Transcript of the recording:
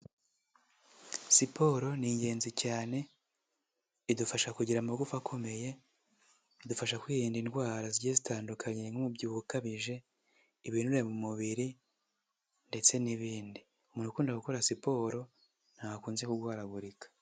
Siporo ni ingenzi cyane idufasha kugira amagufa akomeye, idufasha kwirinda indwara zigiye zitandukanye nk'umubyibuho ukabije, ibinure mu mubiri ndetse n'ibindi. Umuntu ukunda gukora siporo ntakunze kurwaragurika.